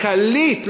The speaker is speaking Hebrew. כלכלית,